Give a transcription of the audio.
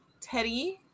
Teddy